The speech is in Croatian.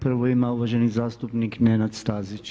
Prvu ima uvaženi zastupnik Nenad Stazić.